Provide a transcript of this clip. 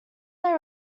they